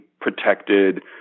protected